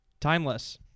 Timeless